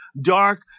dark